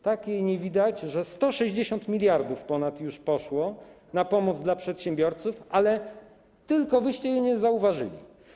Tak jej nie widać, że ponad 160 mld już poszło na pomoc dla przedsiębiorców, ale tylko wyście jej nie zauważyli.